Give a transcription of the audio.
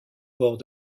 bord